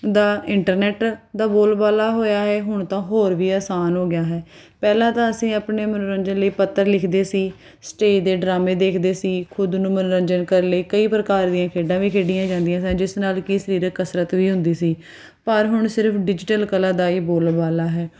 ਦਾ internet ਦਾ ਬੋਲਬਾਲਾ ਹੋਇਆ ਹੈ ਹੁਣ ਤਾਂ ਹੋਰ ਵੀ ਆਸਾਨ ਹੋ ਗਿਆ ਹੈ ਪਹਿਲਾਂ ਤਾਂ ਅਸੀਂ ਆਪਣੇ ਮਨੋਰੰਜਨ ਲਈ ਪੱਤਰ ਲਿਖਦੇ ਸੀ ਸਟੇਜ ਦੇ ਡਰਾਮੇ ਦੇਖਦੇ ਸੀ ਖੁਦ ਨੂੰ ਮਨੋਰੰਜਨ ਕਰਨ ਲਈ ਕਈ ਪ੍ਰਕਾਰ ਦੀਆਂ ਖੇਡਾਂ ਵੀ ਖੇਡੀਆਂ ਜਾਂਦੀਆਂ ਸਨ ਜਿਸ ਨਾਲ ਕੀ ਸਰੀਰਕ ਕਸਰਤ ਵੀ ਹੁੰਦੀ ਸੀ ਪਰ ਹੁਣ ਸਿਰਫ ਡਿਜੀਟਲ ਕਲਾ ਦਾ ਹੀ ਬੋਲ ਬਾਲਾ ਹੈ